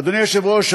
אדוני היושב-ראש,